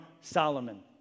Solomon